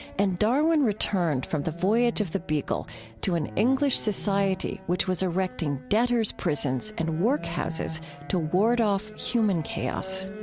and darwin returned from the voyage of the beagle to an english society which was erecting debtors' prisons and workhouses to ward off human chaos